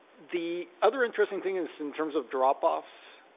the other interesting thing is in terms of dropoffs,